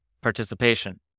participation